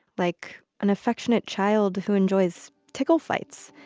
like an affectionate child who enjoys tickle fights.